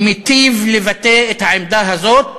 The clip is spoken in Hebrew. הוא מיטיב לבטא את העמדה הזאת